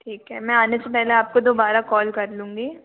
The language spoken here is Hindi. ठीक है मैं आने से पहले आपको दोबारा कॉल कर लूँगी